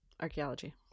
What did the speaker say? archaeology